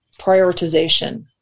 prioritization